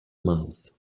mouth